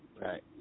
Right